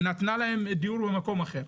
נתנה להם דיור במקום אחר.